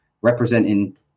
representing